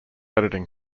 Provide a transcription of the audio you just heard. editing